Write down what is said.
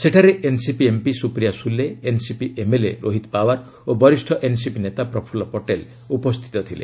ସେଠାରେ NCP MP Supriya Sule NCP MLA Rohit Pawar ଓ ବରିଷ୍ଣ ଏନ୍ସିପି ନେତା ପ୍ରଫୁଲ୍ଲୁ ପଟେଲ ଉପସ୍ଥିତ ଥିଲେ